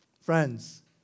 friends